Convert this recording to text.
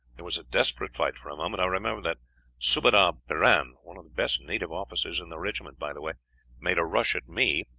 there was a desperate fight for a moment. i remember that subadar piran one of the best native officers in the regiment, by the way made a rush at me,